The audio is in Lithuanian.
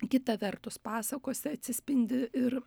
kita vertus pasakose atsispindi ir